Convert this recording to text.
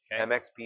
MXP